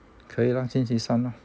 可以啦星期三 lor